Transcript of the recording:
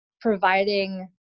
providing